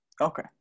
Okay